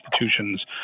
institutions